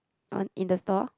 on in the store